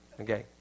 Okay